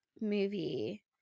movie